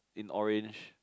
in orange